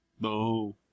No